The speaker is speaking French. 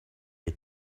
est